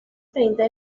treinta